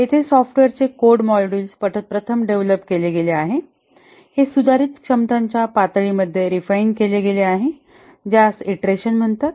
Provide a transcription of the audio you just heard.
येथे सॉफ्टवेअरचे core modules प्रथम डेव्हलप केले गेले आहेत आणि हे सुधारित क्षमतांच्या पातळीमध्ये रिफाइन केले गेले आहे ज्यास ईंटरेशन म्हणतात